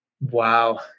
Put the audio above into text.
Wow